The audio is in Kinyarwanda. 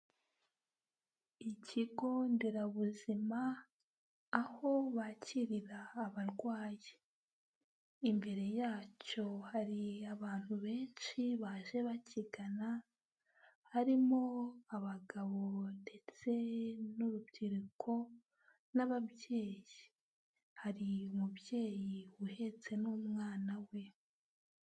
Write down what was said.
Ikigonderabuzima aho bakirira abarwayi. Imbere yacyo hari abantu benshi baje bakigana, harimo abagabo ndetse n'urubyiruko n'ababyeyi, hari umubyeyi uhetse n'umwana we.